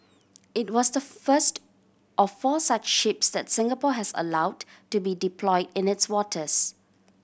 it was the first of four such ships that Singapore has allowed to be deployed in its waters